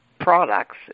products